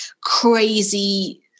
crazy